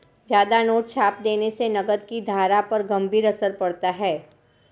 ज्यादा नोट छाप देने से नकद की धारा पर गंभीर असर पड़ता है